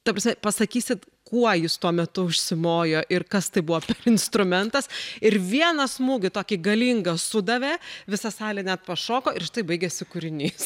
ta prasme pasakysit kuo jis tuo metu užsimojo ir kas tai buvo instrumentas ir vieną smūgį tokį galingą sudavė visa salė net pašoko ir štai baigėsi kūrinys